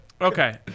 Okay